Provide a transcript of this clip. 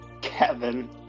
Kevin